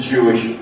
Jewish